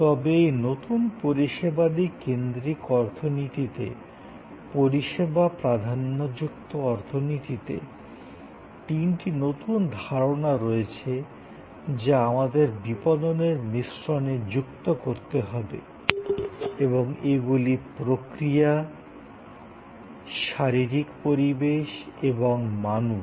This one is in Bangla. তবে এই নতুন পরিষেবাদি কেন্দ্রিক অর্থনীতিতে পরিষেবা প্রাধান্যযুক্ত অর্থনীতিতে তিনটি নতুন ধারণা রয়েছে যা আমাদের বিপণনের মিশ্রণে যুক্ত করতে হবে এবং এগুলি হলো প্রক্রিয়া শারীরিক পরিবেশ এবং মানুষ